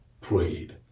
prayed